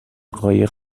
قایق